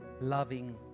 loving